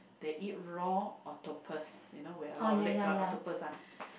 they eat raw octopus you know with a lot of legs one octopus ah